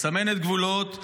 מסמנת גבולות,